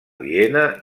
viena